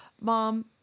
Mom